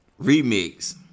Remix